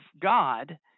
God